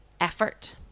effort